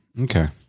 okay